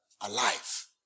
alive